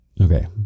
okay